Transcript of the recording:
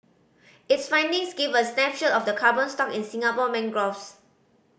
its findings give a snapshot of the carbon stock in Singapore mangroves